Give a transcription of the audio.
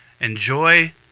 enjoy